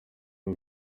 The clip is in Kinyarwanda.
uwo